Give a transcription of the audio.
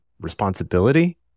responsibility